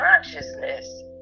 consciousness